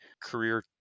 career